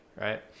right